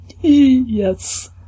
yes